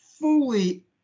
fully